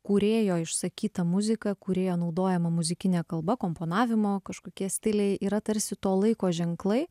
kūrėjo išsakyta muzika kurioje naudojama muzikinė kalba komponavimo kažkokie stiliai yra tarsi to laiko ženklai